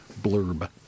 blurb